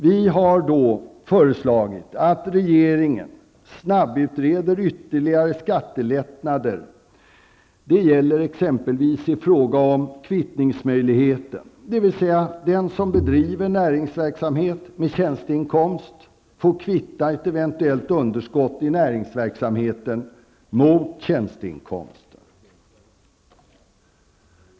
Vi har då föreslagit att regeringen snabbutreder flera skattelättnader. Det gäller exempelvis kvittningsmöjligheten, dvs. att den som bedriver näringsverksamhet med tjänsteinkomst får kvitta ett eventuellt underskott i näringsverksamheten mot tjänsteinkomsten.